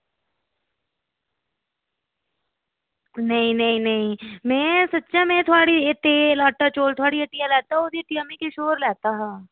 नेईं नेईं नेईं में सोचेआ में थोह्ड़ी एह् तेल चौल आटा थुआढ़ी हट्टिया लैता ओह्दी हट्टिया में किश होर लैता हा